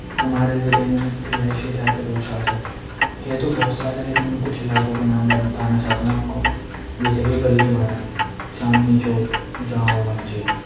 ہمارے ضلعے میں رہائشی علاقے دو چار ہیں ہے تو بہت سارے لیکن میں کچھ علاقوں کے نام بتانا چاہتا ہوں آپ کو جیسے کہ بلی مہران چاندنی چوک جامع مسجد